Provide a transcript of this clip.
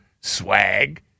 swag